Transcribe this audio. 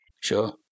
sure